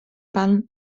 pan